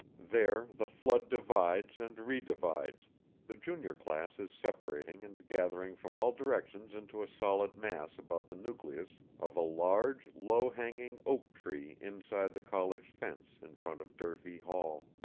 there the flood divides and re-divides the junior class is separating and gathering from all directions into a solid mass about the nucleus of a large, low-hanging oak tree inside the college fence in front of durfee hall.